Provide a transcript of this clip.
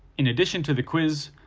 in addition to the quiz,